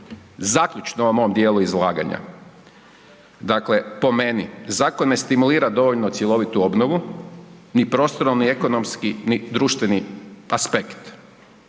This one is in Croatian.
Zaključno ovom mom dijelu izlaganja, dakle, po meni, zakon ne stimulira dovoljno cjelovitu obnovu ni prostorno ni ekonomski ni društveni aspekt.